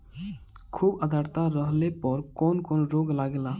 खुब आद्रता रहले पर कौन कौन रोग लागेला?